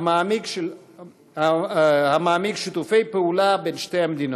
המעמיק את שיתוף הפעולה בין שתי המדינות.